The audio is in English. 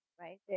right